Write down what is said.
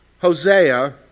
Hosea